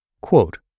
Quote